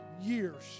years